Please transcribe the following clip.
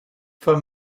for